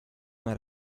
una